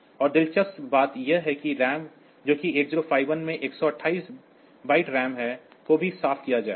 और दिलचस्प बात यह है कि रैम जो कि 8051 में 128 बाइट रैम है को भी साफ किया जाएगा